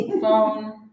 phone